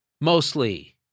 mostly